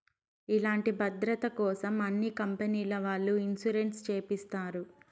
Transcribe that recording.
ఇంటి భద్రతకోసం అన్ని కంపెనీల వాళ్ళు ఇన్సూరెన్స్ చేపిస్తారు